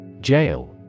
Jail